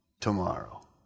tomorrow